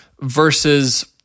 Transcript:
versus